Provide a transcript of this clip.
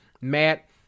Matt